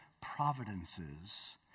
providences